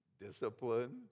discipline